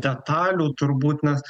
detalių turbūt nes